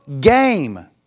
game